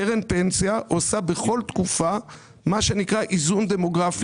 קרן פנסיה עושה בכל תקופה מה שנקרא איזון דמוגרפי.